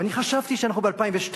ואני חשבתי שאנחנו ב-2012.